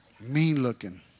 Mean-looking